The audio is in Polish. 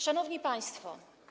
Szanowni Państwo!